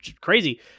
crazy